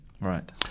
Right